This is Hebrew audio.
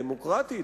דמוקרטית,